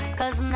cause